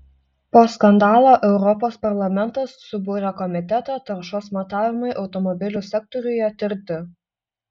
po skandalo europos parlamentas subūrė komitetą taršos matavimui automobilių sektoriuje tirti